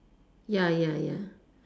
ya ya ya